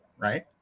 Right